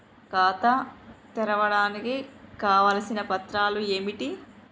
ఖాతా తెరవడానికి కావలసిన పత్రాలు ఏమిటి?